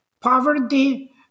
poverty